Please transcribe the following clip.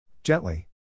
Gently